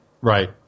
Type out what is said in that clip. Right